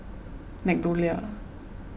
MeadowLea